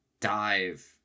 dive